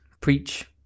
preach